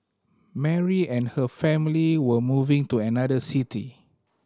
Mary and her family were moving to another city